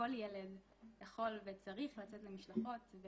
כל ילד יכול וצריך לצאת למשלחות.